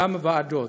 גם בוועדות.